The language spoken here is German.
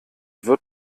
wird